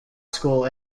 school